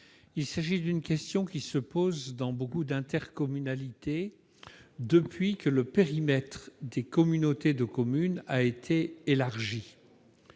a trait à une question qui se pose dans beaucoup d'intercommunalités depuis que le périmètre des communautés de communes a été élargi.